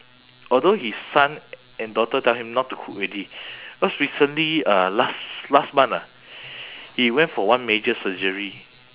although his son and daughter tell him not to cook already cause recently uh last last month ah he went for one major surgery